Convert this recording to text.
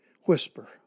whisper